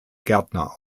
gärtner